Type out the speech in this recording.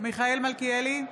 מיכאל מלכיאלי,